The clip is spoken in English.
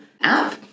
app